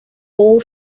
all